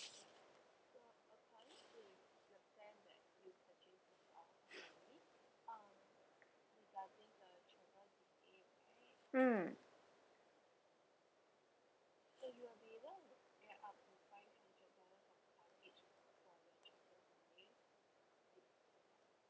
mm